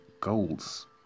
goals